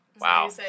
Wow